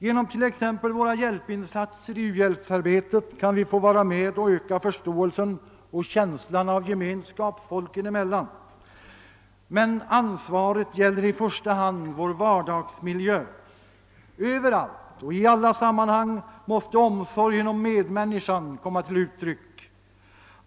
Genom t.ex. våra insatser i u-hjälpsarbetet kan vi bidra till att öka förståelsen och känslan av gemenskap folken emellan. Men ansvaret gäller i första hand vår vardagsmiljö. Överallt och i alla sammanhang måste omsorgen om medmänniskan komma till uttryck.